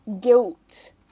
guilt